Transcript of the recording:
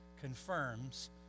confirms